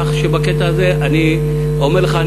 כך שבקטע הזה אני אומר לך: